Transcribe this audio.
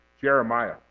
Jeremiah